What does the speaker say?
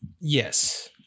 Yes